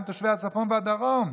גם תושבי הצפון והדרום,